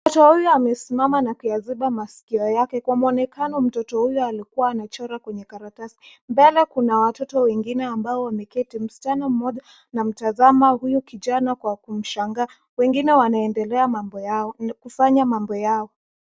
Mtoto huyu amesimama na kuyaziba masikio yake. Kwa mwonekano mtoto huyu alikuwa anachora kwenye karatasi . Mbele kuna watoto wengine ambao wameketi. Msichana mmoja anamtazama huyu kijana kwa kumshangaa. Wengine wanaendelea kufanya mambo yao.